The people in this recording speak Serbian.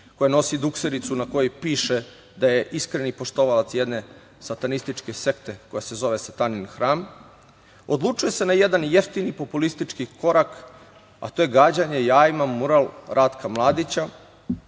koja nosi duksericu na kojoj piše da je iskreni poštovalac jedne satanističke sekte koja se zove „satanin hram“, odlučuje se na jedan jeftini populistički korak, a to je gađanje jajima mural Ratka Mladića